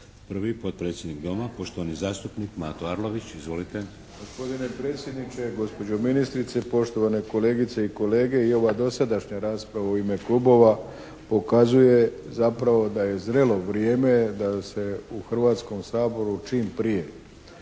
Prvi potpredsjednik doma poštovani zastupnik Mato Arlović. Izvolite. **Arlović, Mato (SDP)** Gospodine predsjedniče, gospođo ministrice, poštovane kolegice i kolege! I ova dosadašnja rasprava u ime klubova pokazuje zapravo da je zrelo vrijeme da se u Hrvatskom saboru čim prije